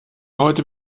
heute